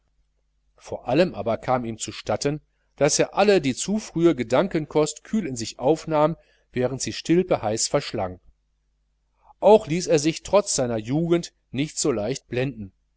vor allem kam ihm zustatten daß er alle die zu frühe gedankenkost kühl in sich aufnahm während sie stilpe heiß verschlang auch ließ er sich trotz seiner jugend nicht so leicht blenden